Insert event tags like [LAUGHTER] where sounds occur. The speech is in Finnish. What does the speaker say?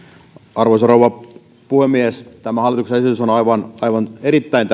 arvoisa rouva puhemies tämä hallituksen esitys on aivan aivan erittäin [UNINTELLIGIBLE]